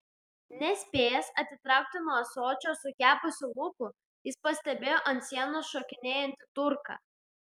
nespėjęs atitraukti nuo ąsočio sukepusių lūpų jis pastebėjo ant sienos šokinėjantį turką